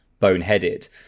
boneheaded